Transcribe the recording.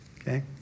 Okay